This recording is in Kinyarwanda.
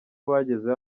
bagezeyo